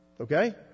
Okay